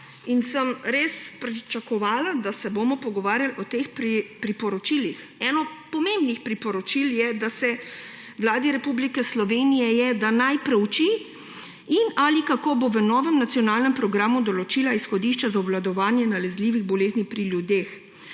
in sem res pričakovala, da se bomo pogovarjali o teh priporočilih. Eno pomembnih priporočil Vladi Republike Slovenije je, da naj prouči, kako bo v novem nacionalnem programu določila izhodišča za obvladovanje nalezljivih bolezni pri ljudeh,